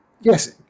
yes